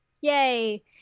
Yay